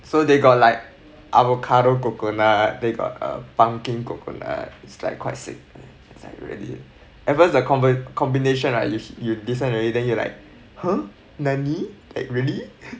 so they got like avocado coconut they got a pumpkin coconut it's like quite sick it's like really at first the combi~ combination ah you listen already then you like !huh! nani like really